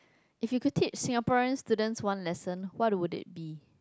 if you could teach Singaporean students one lesson what would it be